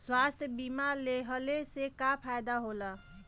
स्वास्थ्य बीमा लेहले से का फायदा होला?